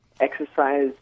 exercise